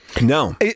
No